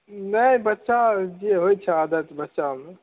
नहि बच्चा जे होएत छै आदत बच्चामे